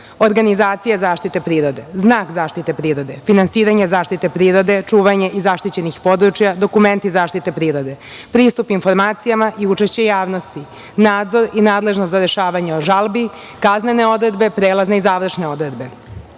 organizacija zaštite prirode, znak zaštite prirode, finansiranje zaštite prirode, čuvanje i zaštićenih područja, dokumenti zaštite prirode, pristup informacijama i učešće javnosti, nadzor i nadležnost za rešavanje o žalbi, kaznene odredbe, prelazne i završne odredbe.Međutim,